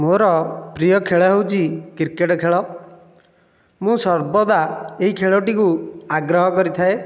ମୋର ପ୍ରିୟ ଖେଳ ହେଉଛି କ୍ରିକେଟ୍ ଖେଳ ମୁଁ ସର୍ବଦା ଏହି ଖେଳଟିକୁ ଆଗ୍ରହ କରିଥାଏ